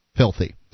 Filthy